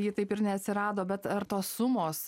ji taip ir neatsirado bet ar tos sumos